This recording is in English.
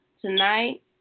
tonight